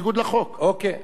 בכל רחבי הארץ.